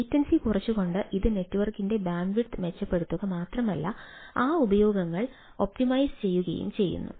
latency കുറച്ചുകൊണ്ട് ഇത് നെറ്റ്വർക്കിന്റെ ബാൻഡ്വിഡ്ത്ത് മെച്ചപ്പെടുത്തുക മാത്രമല്ല ആ ഉപയോഗങ്ങൾ ഒപ്റ്റിമൈസ് ചെയ്യുകയും ചെയ്യുന്നു